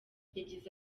yagize